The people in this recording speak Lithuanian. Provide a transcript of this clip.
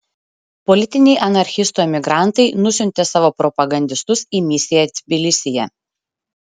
politiniai anarchistų emigrantai nusiuntė savo propagandistus į misiją tbilisyje